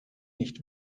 nicht